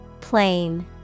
Plain